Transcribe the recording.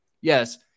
yes